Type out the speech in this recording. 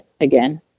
again